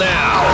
now